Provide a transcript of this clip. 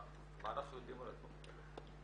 מה אנחנו יודעים על הדברים האלה?